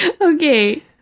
okay